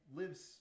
lives